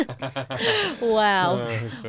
Wow